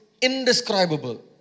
indescribable